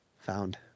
Found